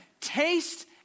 taste